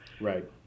Right